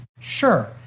Sure